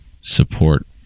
support